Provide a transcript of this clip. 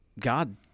God—